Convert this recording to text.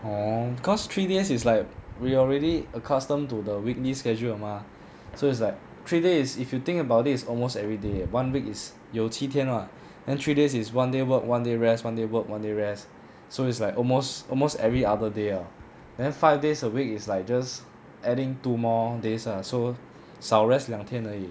orh cause three days it's like we already accustomed to the weekly schedule 了 mah so it's like three days is if you think about it it's almost everyday one week is 有七天 ah then three days is one day work one day rest one day work one day rest so it's like almost almost every other day ah then five days a week is like just adding two more days ah so 少 rest 两天而已